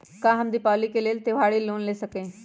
का हम दीपावली के लेल त्योहारी लोन ले सकई?